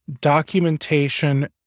documentation